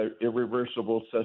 irreversible